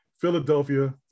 Philadelphia